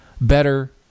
better